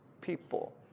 people